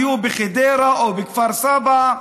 יהיו בחדרה או בכפר סבא,